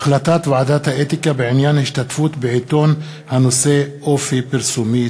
החלטת ועדת האתיקה בעניין השתתפות בעיתון הנושא אופי פרסומי.